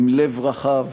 עם לב רחב,